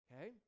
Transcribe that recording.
Okay